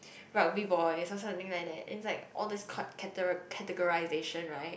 rugby boys something like that then it's like all this categ~ categorization right